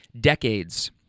decades